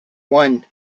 one